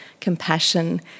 compassion